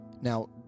Now